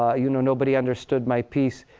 ah you know nobody understood my piece,